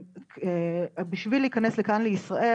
בשביל להיכנס לכאן לישראל.